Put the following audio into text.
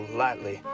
lightly